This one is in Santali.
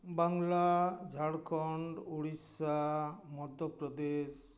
ᱵᱟᱝᱞᱟ ᱡᱷᱟᱲᱠᱷᱚᱸᱰ ᱳᱲᱤᱥᱥᱟ ᱢᱚᱫᱽᱫᱷᱚᱯᱨᱚᱫᱮᱥ